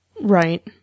right